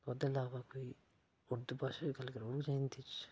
ओह्दे अलावा कोई उर्दू भाशा दी गल्ल करी ओड़दा इं'दे बिच्च